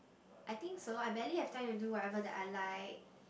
I think so I barely have time to do whatever that I like